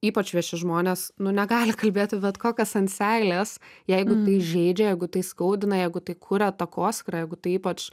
ypač vieši žmonės nu negali kalbėti bet ko kas ant seilės jeigu tai žeidžia jeigu tai skaudina jeigu tai kuria takoskyrą jeigu tai ypač